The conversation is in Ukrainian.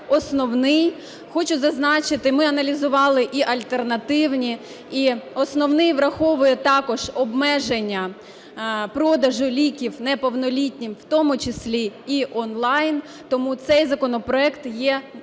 основний. Хочу зазначити, ми аналізували і альтернативні, і основний враховує також обмеження продажу ліків неповнолітнім, у тому числі і онлайн. Тому цей законопроект є, на